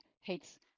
hates